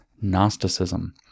Gnosticism